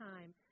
time